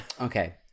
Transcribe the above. Okay